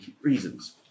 reasons